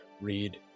read